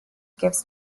gives